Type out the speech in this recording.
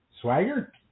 Swagger